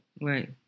right